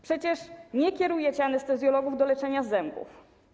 Przecież nie kierujecie anestezjologów do leczenia zębów.